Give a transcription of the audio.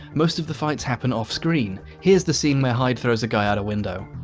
most of the fights happen off screen. here's the scene where hyde throws a guy out a window.